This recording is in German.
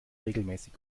regelmäßig